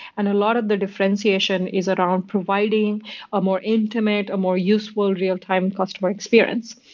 and a lot of the differentiation is around providing a more intimate, a more useful real-time customer experience.